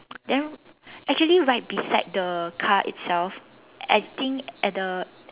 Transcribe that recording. then actually right beside the car itself I think at the